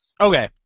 Okay